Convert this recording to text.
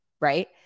right